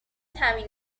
تأمین